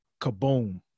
kaboom